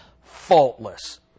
faultless